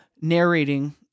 narrating